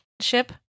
ship